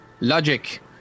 Logic